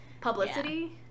publicity